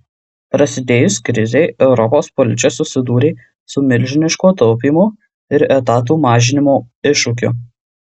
prasidėjus krizei europos policija susidūrė su milžiniško taupymo ir etatų mažinimo iššūkiu